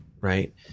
right